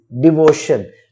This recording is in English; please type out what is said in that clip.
devotion